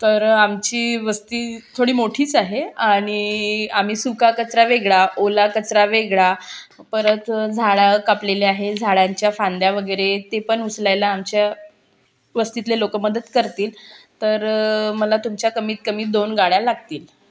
तर आमची वस्ती थोडी मोठीच आहे आणि आम्ही सुका कचरा वेगळा ओला कचरा वेगळा परत झाडं कापलेली आहे झाडांच्या फांद्या वगैरे ते पण उचलायला आमच्या वस्तीतले लोक मदत करतील तर मला तुमच्या कमीत कमी दोन गाड्या लागतील